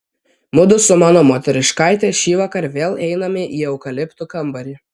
mudu su mano moteriškaite šįvakar vėl einame į eukaliptų kambarį